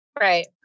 right